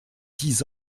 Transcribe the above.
dix